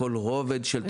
כל רובד של תוכנית שב"ן.